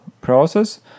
process